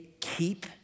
keep